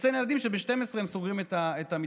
לחסן ילדים כשב-12:00 הם סוגרים את המתחם?